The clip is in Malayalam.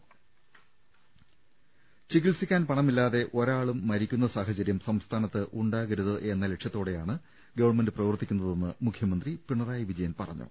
്്്്്് ചികിത്സിക്കാൻ പണമില്ലാതെ ഒരാളും മരിക്കുന്ന സാഹചര്യം സംസ്ഥാനത്ത് ഉണ്ടാകരുതെന്ന ലക്ഷ്യത്തോടെയാണ് ഗവൺമെന്റ് പ്രവർത്തിക്കുന്നതെന്ന് മുഖ്യമന്ത്രി പിണറായി വിജയൻ പറഞ്ഞു